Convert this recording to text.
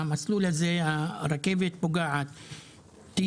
המסלול הזה של הרכבת פוגע בטירה,